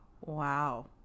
wow